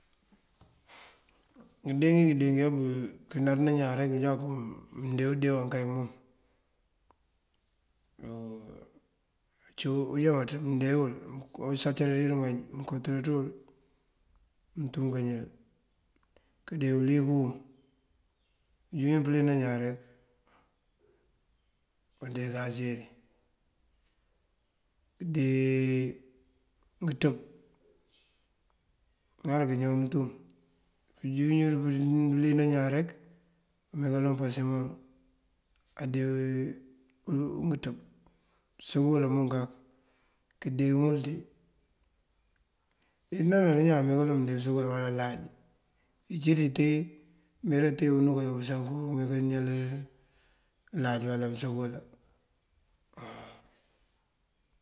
Ngëndee ngí këndee ngí abupënar ná ñaan rek nujáku mëndee udee waŋ kay mom ací uyámaţ. Mëndee wul awusáancara dí imáaj mëënkoţëráaţa yul muntumu kañáal. Kandee uliyëk wun unjundan kaleen ñaan rek mandegasiri. Këndee ngëţëb, ŋal kañaw muntum mënjundan kaleen ñaan rek umee kaloŋ pase mom adee ngëţëb. Mënsobela munk kak këndee mul ţí, imee kaloŋ bañaan mee mënsobela uwala láaj. Icëli te mem unú kayuwáabasaŋ ku mëntee mëñáal láaj uwala usobela.